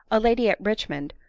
a lady at richmond,